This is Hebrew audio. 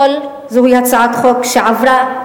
זו הצעת חוק שעברה,